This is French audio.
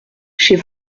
chez